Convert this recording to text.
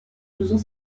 faisant